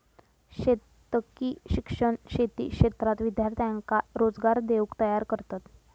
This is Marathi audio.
शेतकी शिक्षण शेती क्षेत्रात विद्यार्थ्यांका रोजगार देऊक तयार करतत